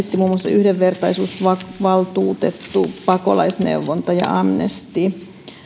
muun muassa yhdenvertaisuusvaltuutettu pakolaisneuvonta ja amnesty